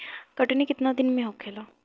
कटनी केतना दिन में होखेला?